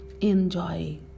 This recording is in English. enjoy